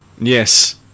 Yes